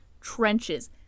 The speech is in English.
trenches